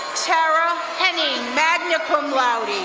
tara henning, magna cum laude.